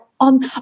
on